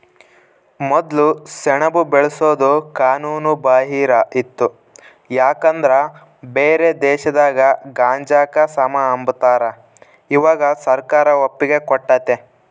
ಮೊದ್ಲು ಸೆಣಬು ಬೆಳ್ಸೋದು ಕಾನೂನು ಬಾಹಿರ ಇತ್ತು ಯಾಕಂದ್ರ ಬ್ಯಾರೆ ದೇಶದಾಗ ಗಾಂಜಾಕ ಸಮ ಅಂಬತಾರ, ಇವಾಗ ಸರ್ಕಾರ ಒಪ್ಪಿಗೆ ಕೊಟ್ಟತೆ